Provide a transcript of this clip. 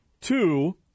Two